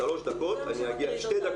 שתי דקות אפילו,